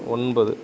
ஒன்பது